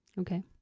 Okay